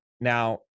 now